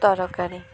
ତରକାରୀ